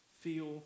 feel